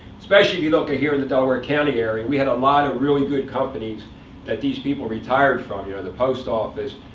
especially if you look at here in the delaware county area, we had a lot of really good companies that these people retired from you know, the post office,